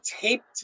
taped